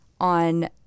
on